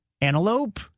antelope